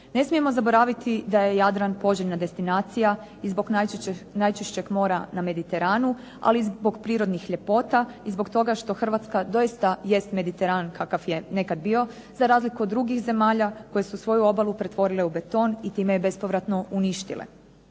Ne smijemo zaboraviti da je Jadran poželjna destinacija i zbog najčišćeg mora na Mediteranu, ali i zbog prirodnih ljepota i zbog toga što Hrvatska doista jest Mediteran kakav je nekad bio, za razliku od drugih zemalja koje su svoju obalu pretvorile u beton i time je bespovratno uništile.